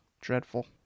dreadful